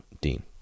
Dean